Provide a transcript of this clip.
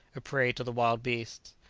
a prey to the wild beasts.